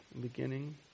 beginning